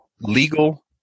legal